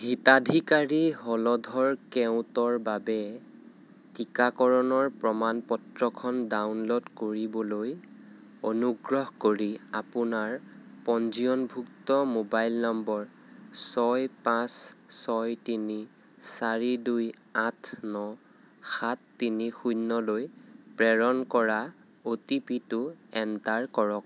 হিতাধিকাৰী হলধৰ কেওটৰ বাবে টিকাকৰণৰ প্ৰমাণ পত্ৰখন ডাউনল'ড কৰিবলৈ অনুগ্ৰহ কৰি আপোনাৰ পঞ্জীয়নভুক্ত মোবাইল নম্বৰ ছয় পাঁচ ছয় তিনি চাৰি দুই আঠ ন সাত তিনি শূন্যলৈ প্ৰেৰণ কৰা অ' টি পি টো এণ্টাৰ কৰক